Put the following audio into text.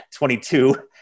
22